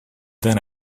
then